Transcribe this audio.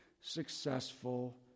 successful